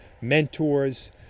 mentors